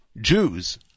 Jews